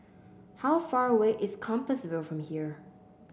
how far away is Compassvale from here